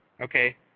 Okay